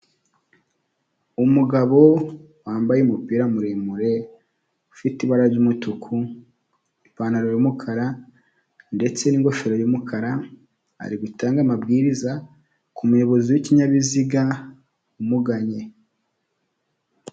umugabo wambaye umupira muremure ufite ibara ry'umutuku ipantaro y'umukara ndetse n'ingofero y'umukara ari gutanga amabwiriza ku muyobozi w'ikinyabiziga umuganye